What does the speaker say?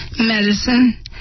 medicine